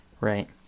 right